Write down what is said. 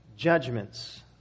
Judgments